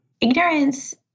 Ignorance